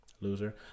Loser